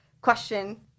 question